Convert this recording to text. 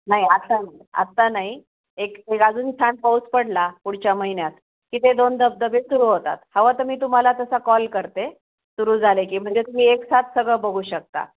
नाही आत्ता नाही आत्ता नाही एक एक अजून छान पाऊस पडला पुढच्या महिन्यात की ते दोन धबधबे सुरू होतात हवं तर मी तुम्हाला तसा कॉल करते सुरू झाले की म्हणजे तुम्ही एकसाथ सगळं बघू शकता